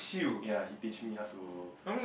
ya he teach me how to